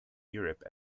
europe